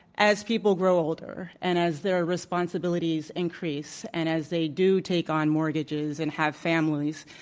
as people grow older, and as their responsibilities increase, and as they do take on mortgages and have families